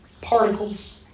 particles